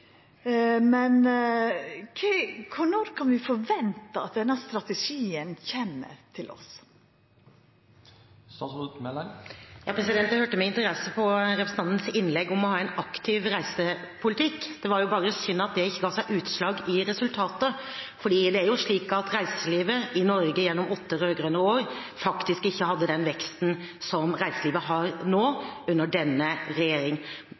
Men når kan vi forventa at denne strategien kjem til oss? Jeg hørte med interesse på representantens innlegg om å ha en aktiv reiselivspolitikk. Det var bare synd at ikke det ga seg utslag i resultater, for det er jo slik at reiselivet i Norge gjennom åtte rød-grønne år faktisk ikke hadde den veksten som reiselivet har nå under denne